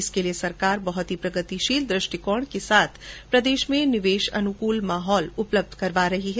इसके लिए सरकार बहत ही प्रगतिशील दुष्टिकोण के साथ प्रदेश में निवेश अनुकूल माहौल उपलब्ध करा रही है